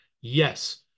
Yes